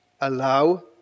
allow